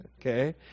Okay